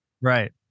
right